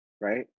Right